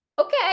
okay